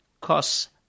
costs